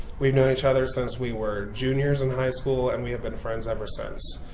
we've known each other since we were juniors in high school and we have been friends ever since.